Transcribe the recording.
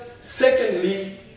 secondly